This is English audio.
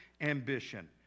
ambition